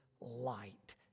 light